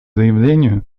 заявлению